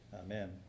Amen